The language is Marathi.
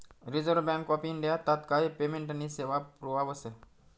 रिझर्व्ह बँक ऑफ इंडिया तात्काय पेमेंटनी सेवा पुरावस